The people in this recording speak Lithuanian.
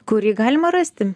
kurį galima rasti